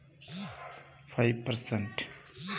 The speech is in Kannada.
ಫಿಕ್ಸೆಡ್ ಅಕೌಂಟ್ ನಾಲ್ಕು ವರ್ಷಕ್ಕ ಬಡ್ಡಿ ಎಷ್ಟು ಪರ್ಸೆಂಟ್ ಆಗ್ತದ?